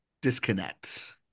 disconnect